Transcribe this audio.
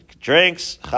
drinks